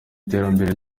iterambere